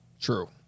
True